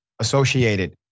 associated